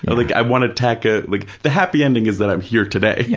like i want to tack a, like the happy ending is that i'm here today. yeah